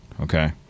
Okay